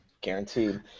Guaranteed